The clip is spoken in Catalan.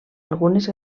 algunes